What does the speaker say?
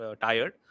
tired